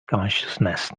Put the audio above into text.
consciousness